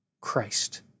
Christ